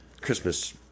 Christmas